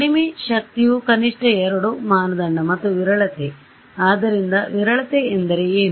ಕಡಿಮೆ ಶಕ್ತಿಯು ಕನಿಷ್ಠ 2 ಮಾನದಂಡ ಮತ್ತು ವಿರಳತೆ ಆದ್ದರಿಂದ ವಿರಳತೆ ಎಂದರೆ ಏನು